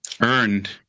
earned